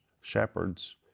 shepherds